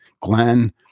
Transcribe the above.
Glenn